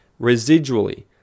residually